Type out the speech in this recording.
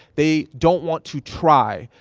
they don't want to try.